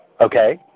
Okay